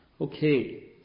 Okay